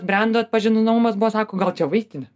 brendo atpažinomumas buvo sako gal čia vaistinė